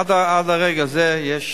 עד רגע זה יש